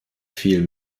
viel